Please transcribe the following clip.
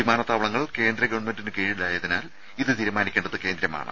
വിമാനത്താവളങ്ങൾ കേന്ദ്ര ഗവൺമെന്റിന് കീഴിലായതിനാൽ ഇത് തീരുമാനിക്കേണ്ടത് കേന്ദ്രമാണ്